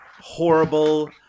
horrible